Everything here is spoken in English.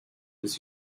his